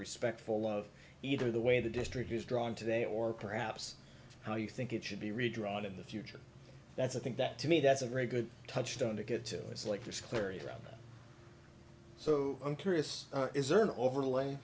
respectful of either the way the district is drawn today or perhaps how you think it should be redrawn in the future that's i think that to me that's a very good touchstone to get to it's like this clarity around so i'm curious is there an overlay